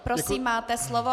Prosím, máte slovo.